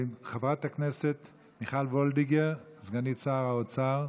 חברת הכנסת מיכל וולדיגר, סגנית שר האוצר,